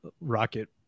rocket